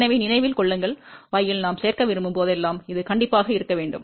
எனவே நினைவில் கொள்ளுங்கள் y இல் நாம் சேர்க்க விரும்பும் போதெல்லாம் இது கண்டிப்பாக இருக்க வேண்டும்